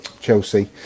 Chelsea